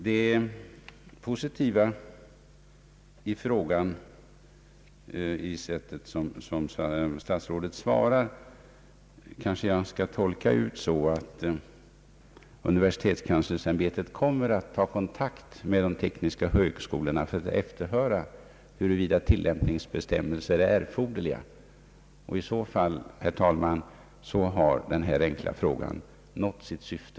Som positivt i statsrådets svar på min fråga vill jag tolka uppgiften att universitetskanslersämbetet kommer att ta kontakt med de tekniska högskolorna för att efterhöra huruvida tillämpningsbestämmelser är erforderliga. I så fall, herr talman, har denna enkla fråga nått sitt syfte.